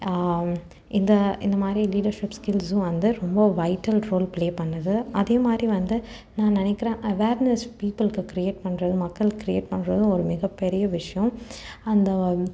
இந்த இந்த மாதிரி லீடர்ஸிப் ஸ்கில்ஸும் வந்து ரொம்ப வைட்டல் ரோல் பிளே பண்ணது அதே மாதிரி வந்து நான் நினைக்கிறேன் அவேர்னஸ் பீப்பில்க்கு க்ரியேட் பண்ணுறது மக்கள் க்ரியேட் பண்ணுறதும் ஒரு மிக பெரிய விஷ்யம் அந்த